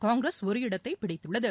காங்கிரஸ் ஒரு இடத்தை பிடித்துள்ளது